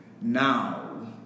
now